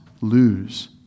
lose